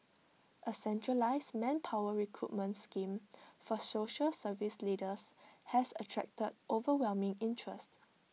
A centralised manpower recruitment scheme for social service leaders has attracted overwhelming interest